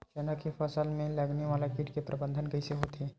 चना के फसल में लगने वाला कीट के प्रबंधन कइसे होथे?